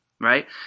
right